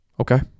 okay